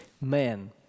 Man